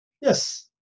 Yes